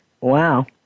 Wow